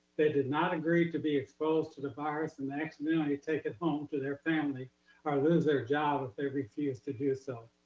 they did not agree to be exposed to the virus, and then accidentally take it home to their family or lose their job if they refuse to do so.